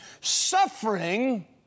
suffering